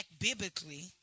biblically